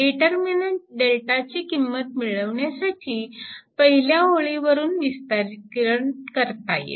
determinant Δ ची किंमत मिळविण्यासाठी पहिल्या ओळीवरून विस्तारीकरण करता येईल